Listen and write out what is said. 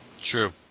True